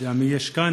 אני לא יודע מי יש כאן,